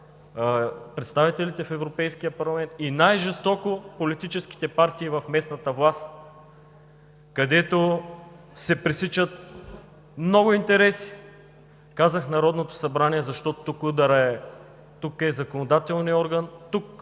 представителите в Европейския парламент и най-жестоко политическите партии в местната власт, където се пресичат много интереси. Казах: Народното събрание, защото тук е законодателният орган, тук